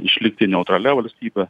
išlikti neutralia valstybe